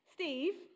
Steve